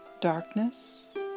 darkness